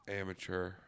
Amateur